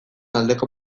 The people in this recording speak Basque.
aldeko